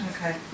Okay